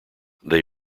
they